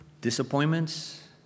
disappointments